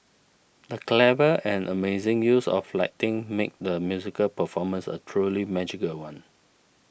the clever and amazing use of lighting made the musical performance a truly magical one